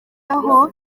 aho